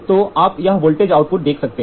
तो आप यहाँ वोल्टेज आउटपुट देखते हैं